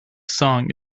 song